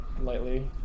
lightly